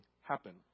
happen